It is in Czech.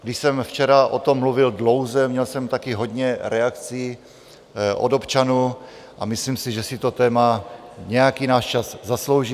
Když jsem včera o tom mluvil dlouze, měl jsem také hodně reakcí od občanů a myslím si, že si to téma nějaký náš čas zaslouží.